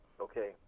Okay